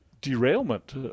derailment